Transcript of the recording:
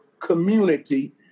community